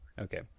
Okay